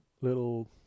little